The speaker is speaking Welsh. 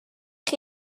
chi